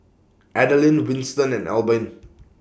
Adaline Winston and Albin